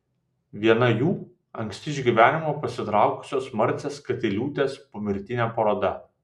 viena jų anksti iš gyvenimo pasitraukusios marcės katiliūtės pomirtinė paroda